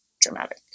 dramatic